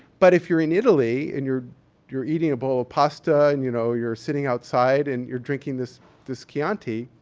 but if you're in italy and you're you're eating a bowl of pasta, and you know you're sitting outside and you're drinking this this chianti,